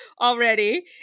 already